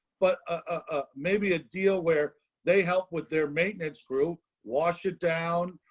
but, ah, maybe a deal where they help with their maintenance grew wash it down.